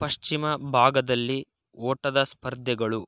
ಪಶ್ಚಿಮ ಭಾಗದಲ್ಲಿ ಓಟದ ಸ್ಪರ್ಧೆಗಳು